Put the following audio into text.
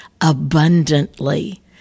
abundantly